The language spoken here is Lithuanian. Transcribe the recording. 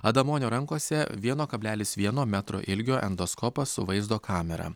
adamonio rankose vieno kablelis vieno metro ilgio endoskopas su vaizdo kamera